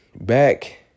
Back